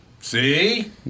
See